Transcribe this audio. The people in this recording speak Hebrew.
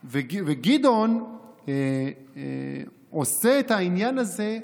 גדעון עושה את העניין הזה,